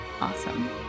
Awesome